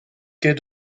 quai